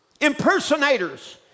impersonators